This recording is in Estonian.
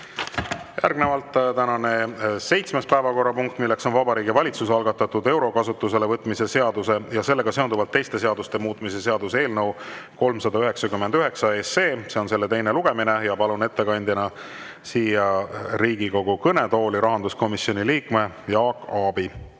Järgnevalt tänane seitsmes päevakorrapunkt, milleks on Vabariigi Valitsuse algatatud euro kasutusele võtmise seaduse ja sellega seonduvalt teiste seaduste muutmise seaduse eelnõu 399 teine lugemine. Palun ettekandeks siia Riigikogu kõnetooli rahanduskomisjoni liikme Jaak Aabi.